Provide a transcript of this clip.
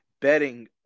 Betting